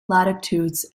latitudes